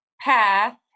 path